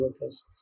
workers